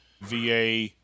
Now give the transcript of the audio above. VA